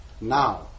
now